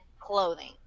clothing